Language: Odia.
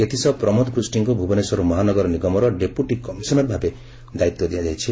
ଏଥିସହ ପ୍ରମୋଦ ପୃଷ୍କିଙ୍କୁ ଭୁବନେଶ୍ୱର ମହାନଗର ନିଗମର ଡେପୁଟି କମିଶନର ଭାବେ ଦାୟିତ୍ୱ ଦିଆଯାଇଛି